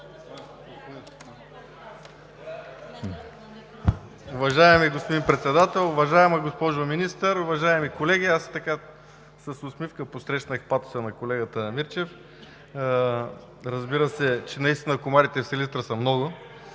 Уважаеми господин Председател, уважаема госпожо Министър, уважаеми колеги! Аз с усмивка посрещнах патоса на колегата Мирчев. Наистина комарите в Силистра са много,